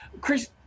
Chris